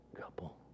couple